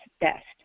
best